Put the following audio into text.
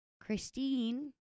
Christine